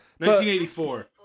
1984